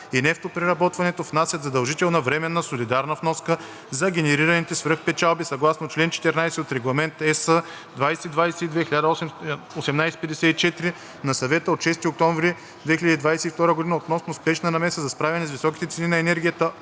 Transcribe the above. и нефтопреработването, внасят задължителна временна солидарна вноска за генерираните свръхпечалби съгласно член 14 от Регламент (ЕС) 2022/1854 на Съвета от 6 октомври 2022 г. относно спешна намеса за справяне с високите цени на енергията